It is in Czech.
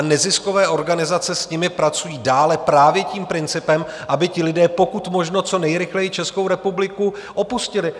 Neziskové organizace s nimi pracují dále právě tím principem, aby ti lidé pokud možno co nejrychleji Českou republiku opustili.